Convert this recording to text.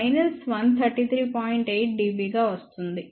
8 dB గా వస్తుంది ఇది మైనస్ 103